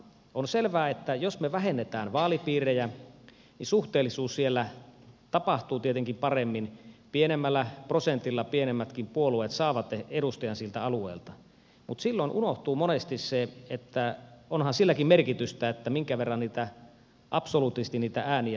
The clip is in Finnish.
on selvää että jos me vähennämme vaalipiirejä niin suhteellisuus siellä tapahtuu tietenkin paremmin pienemmällä prosentilla pienemmätkin puolueet saavat edustajan siltä alueelta mutta silloin unohtuu monesti se että onhan silläkin merkitystä minkä verran niitä ääniä absoluuttisesti saadaan